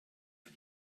für